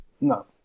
No